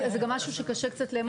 זה גם משהו שקשה קצת לאמוד.